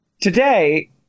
today